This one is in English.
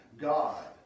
God